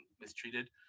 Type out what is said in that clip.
mistreated